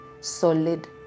solid